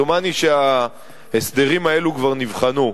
דומני שההסדרים האלה כבר נבחנו.